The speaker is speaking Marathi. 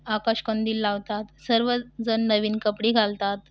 आकाशकंदील लावतात सर्वजण नवीन कपडे घालतात